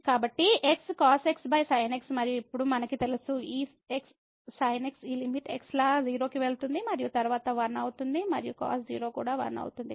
కాబట్టి x మరియు ఇప్పుడు మనకు తెలుసు ఈ x sin x ఈ లిమిట్ x లా 0 కి వెళుతుంది మరియు తరువాత 1 అవుతుంది మరియు cos 0 కూడా 1 అవుతుంది